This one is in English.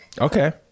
Okay